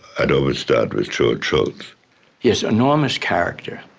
i'd always start with george shultz. he has enormous character.